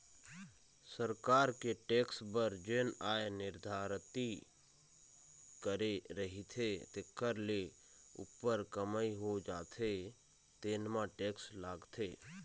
सरकार के टेक्स बर जेन आय निरधारति करे रहिथे तेखर ले उप्पर कमई हो जाथे तेन म टेक्स लागथे